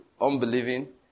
unbelieving